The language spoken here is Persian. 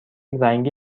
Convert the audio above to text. رنگی